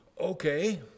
Okay